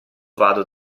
vado